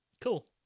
Cool